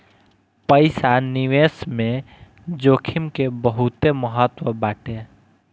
पईसा निवेश में जोखिम के बहुते महत्व बाटे